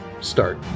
start